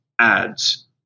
ads